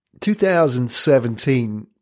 2017